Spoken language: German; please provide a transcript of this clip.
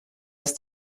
ist